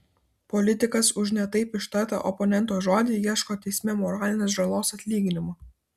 politikas už ne taip ištartą oponento žodį ieško teisme moralinės žalos atlyginimo